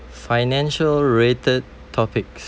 financial related topics